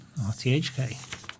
RTHK